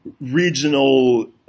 regional